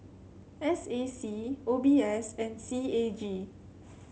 S A C O B S and C A G